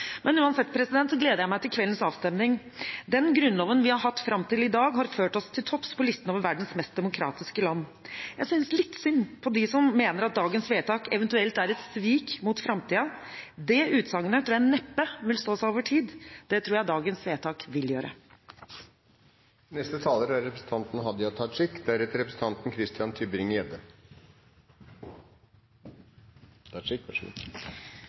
men jeg ville tro at for noen tenåringer vil det også være uforståelig at ikke tilgang til Facebook er en menneskerettighet, så jeg synes ikke det er en spesielt god begrunnelse. Uansett gleder jeg meg til kveldens avstemning. Den grunnloven vi har hatt fram til i dag, har ført oss til topps på listen over verdens mest demokratiske land. Jeg synes litt synd på dem som mener at dagens vedtak eventuelt er et svik mot framtiden. Det utsagnet tror jeg neppe vil stå seg over tid. Det